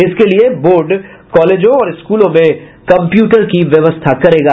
इसके लिये बोर्ड कॉलेजों और स्कूलों में कंप्यूटर की व्यवस्था करेगा